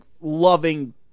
loving